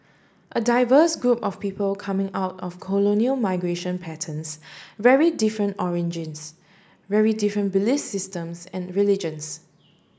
a diverse group of people coming out of colonial migration patterns very different origins very different belief systems and religions